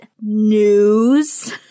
news